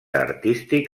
artístic